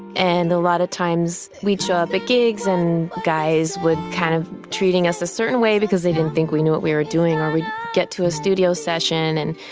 and a lot of times, we'd show up at gigs. and guys would kind of treating us a certain way because they didn't think we knew what we were doing. or we'd get to a studio session and,